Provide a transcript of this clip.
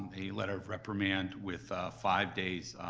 a letter of reprimand with five days,